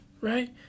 Right